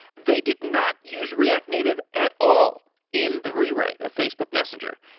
they did not use react native at all in the rewrite of facebook messenger.